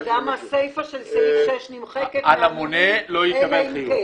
גם הסיפה של סעיף 6 נמחקת מהעמודים, אלא אם כן.